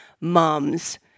moms